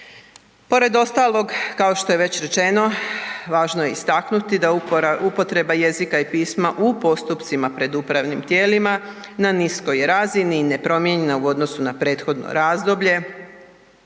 Pored ostalog kao što je već rečeno, važno je istaknuti da upotreba jezika i pisma u postupcima pred upravnim tijelima na niskoj je razini i nepromijenjena u odnosu na prethodno razdoblje.